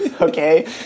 okay